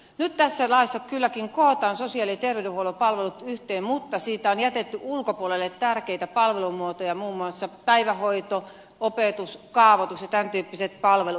nyt tässä laissa kylläkin kootaan sosiaali ja terveydenhuollon palvelut yhteen mutta siitä on jätetty ulkopuolelle tärkeitä palvelumuotoja muun muassa päivähoito opetus kaavoitus ja tämäntyyppiset palvelut